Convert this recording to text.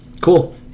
cool